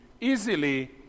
easily